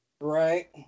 right